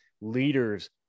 leaders